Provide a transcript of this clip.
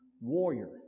warrior